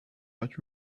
but